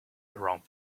around